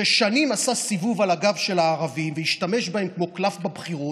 ששנים עשה סיבוב על הגב של הערבים והשתמש בהם כמו קלף בבחירות,